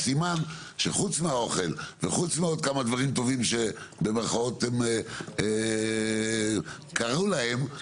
סימן שחוץ מהאוכל וחוץ מ"כמה דברים טובים" שהם קנו להם,